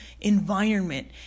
environment